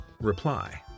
reply